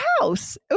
house